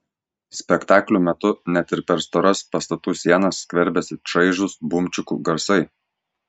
spektaklių metu net ir per storas pastatų sienas skverbiasi čaižūs bumčikų garsai